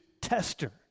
tester